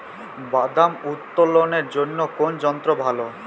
বাদাম উত্তোলনের জন্য কোন যন্ত্র ভালো?